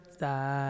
side